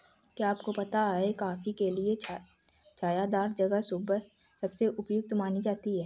क्या आपको पता है कॉफ़ी के लिए छायादार जगह सबसे उपयुक्त मानी जाती है?